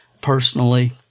personally